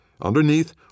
Underneath